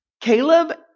Caleb